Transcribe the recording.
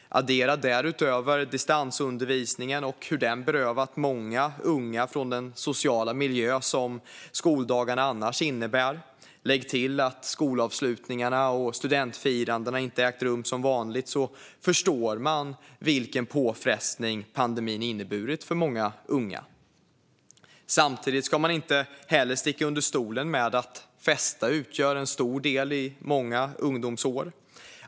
Addera därutöver distansundervisningen och hur den berövat många unga den sociala miljö som skoldagarna annars innebär. Lägg till att skolavslutningarna och studentfirandena inte har ägt rum som vanligt, så förstår man vilken påfrestning pandemin har inneburit för många unga. Samtidigt ska man inte heller sticka under stol med att festande utgör en stor del av mångas ungdomsår.